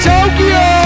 Tokyo